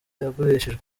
yagurishijwe